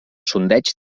sondeig